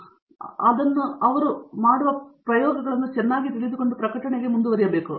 ಇದು ಕೆಟ್ಟ ವ್ಯವಹಾರವಲ್ಲ ಮತ್ತು ಅವುಗಳು ಕೆಲಸ ಮಾಡುವ ಸಮಸ್ಯೆಗಳ ಬಗ್ಗೆ ಪರಸ್ಪರರ ಪ್ರಯೋಗಗಳನ್ನು ತಿಳಿದುಕೊಳ್ಳುತ್ತವೆ